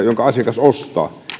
jonka asiakas ostaa